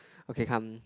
okay come